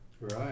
Right